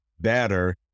better